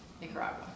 Nicaragua